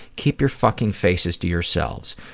keep your fucking faces to yourselves.